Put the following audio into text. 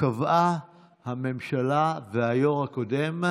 קבעו הממשלה והיו"ר הקודם,